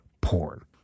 porn